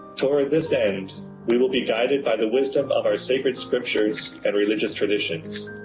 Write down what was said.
toward this end we will be guided by the wisdom of our sacred scriptures and religious traditions,